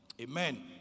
amen